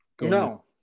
No